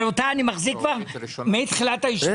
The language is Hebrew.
אבל אותה אני מחזיק כבר מתחילת הישיבה.